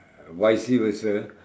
vice versa